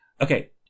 Okay